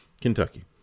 Kentucky